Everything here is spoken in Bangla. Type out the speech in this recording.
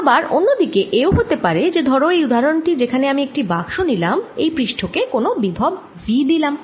আবার অন্য দিকে এও হতে পারে যে ধরো এই উদাহরন টি যেখানে আমি একটি বাক্স নিলাম এই পৃষ্ঠ কে কোন বিভব V দিলাম